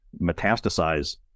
metastasize